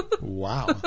Wow